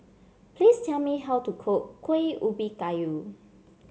please tell me how to cook Kuih Ubi Kayu